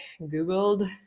Googled